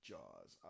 Jaws